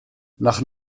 nach